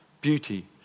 beauty